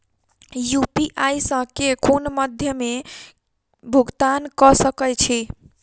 UPI सऽ केँ कुन मध्यमे मे भुगतान कऽ सकय छी?